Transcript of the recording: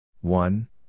one